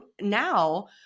now